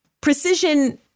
precision